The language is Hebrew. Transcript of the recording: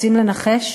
רוצים לנחש